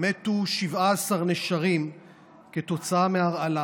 מתו 17 נשרים כתוצאה מהרעלה.